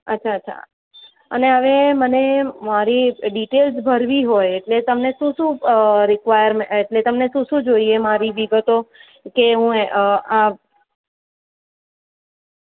અચ્છા અચ્છા અને હવે મને મારી ડિટેઈલ્સ ભરવી હોય તો એટલે તમને શું શું રિક્વાયરમેન્ટ એટલે તમને શું શું જોઈએ મારી વિગતો કે હું આઅ